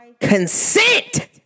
consent